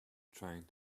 trying